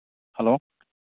hello